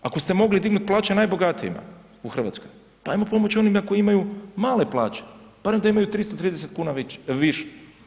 Ako ste mogli dignuti plaće najbogatijima u Hrvatskoj, pa hajmo pomoći onima koji imaju male plaće, barem da imaju 330 kn više.